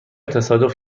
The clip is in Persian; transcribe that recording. تصادف